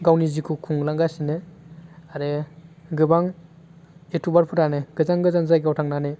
गावनि जिखौ खुंलांगासिनो आरो गोबां इउटुबारफ्रानो गोजान गोजान जायगायाव थांनानै